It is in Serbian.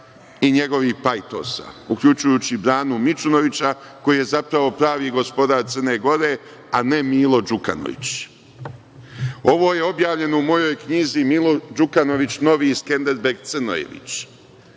i njegovih pajtosa, uključujući i Branu Mićunovića koji je zapravo pravi gospodar Crne Gore, a ne Milo Đukanović. Ovo je objavljeno u mojoj knjizi „Milo Đukanović novi Skender-beg Crnojević“.